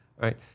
right